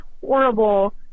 horrible